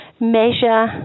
measure